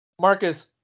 Marcus